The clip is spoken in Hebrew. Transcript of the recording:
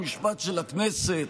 חוק ומשפט של הכנסת,